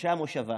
אנשי המושבה